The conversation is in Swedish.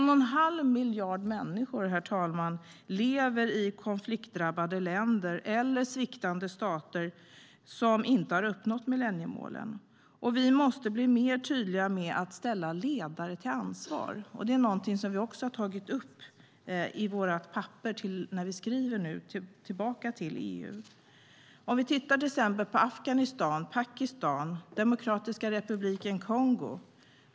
En och en halv miljard människor lever i konfliktdrabbade länder eller sviktande stater som inte har uppnått millenniemålen. Vi måste bli mer tydliga med att ställa ledare till ansvar. Det här är en fråga vi har tagit upp i svaret tillbaka till EU. Låt oss se på till exempel Afghanistan, Pakistan och Demokratiska republiken Kongo.